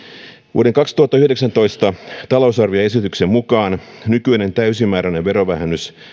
vuoden kaksituhattayhdeksäntoista talousarvioesityksen mukaan nykyinen täysimääräinen verovähennys